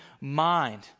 mind